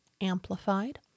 Amplified